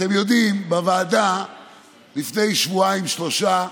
אתם יודעים, בוועדה לפני שבועיים-שלושה,